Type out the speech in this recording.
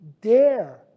dare